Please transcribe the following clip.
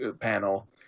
panel